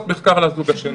להביא לנו נישואים אזרחיים,